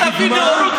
די כבר.